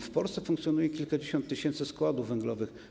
W Polsce funkcjonuje kilkadziesiąt tysięcy składów węglowych.